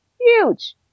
Huge